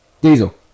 Diesel